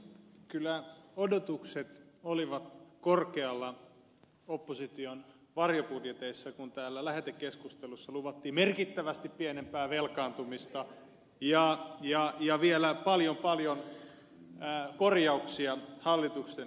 kyllä odotukset olivat korkealla opposition varjobudjeteissa kun täällä lähetekeskustelussa luvattiin merkittävästi pienempää velkaantumista ja vielä paljon paljon korjauksia hallituksen leikkauksiin